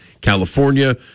California